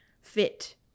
fit